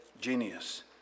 genius